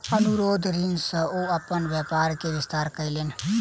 अनुरोध ऋण सॅ ओ अपन व्यापार के विस्तार कयलैन